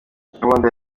gahunda